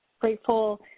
grateful